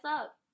up